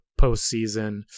postseason